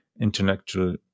intellectual